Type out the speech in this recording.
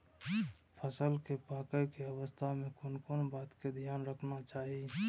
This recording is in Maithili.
फसल के पाकैय के अवस्था में कोन कोन बात के ध्यान रखना चाही?